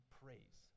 praise